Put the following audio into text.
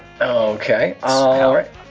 Okay